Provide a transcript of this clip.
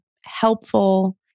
helpful